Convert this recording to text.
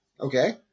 Okay